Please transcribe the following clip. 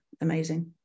amazing